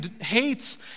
hates